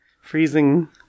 freezing